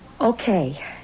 Okay